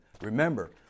Remember